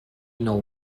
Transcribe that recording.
nou